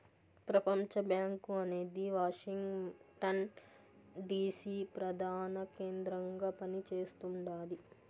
ప్రపంచబ్యాంకు అనేది Washington DC ప్రదాన కేంద్రంగా పని చేస్తుండాది